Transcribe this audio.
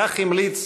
כך המליץ